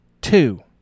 two